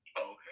okay